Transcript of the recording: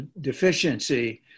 deficiency